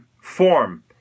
form